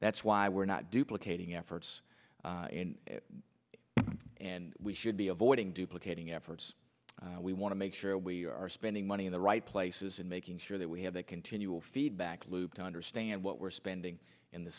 that's why we're not duplicating efforts and we should be avoiding duplicating efforts we want to make sure we are spending money in the right places and making sure that we have that continual feedback loop to understand what we're spending in the